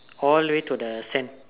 all the way to the sand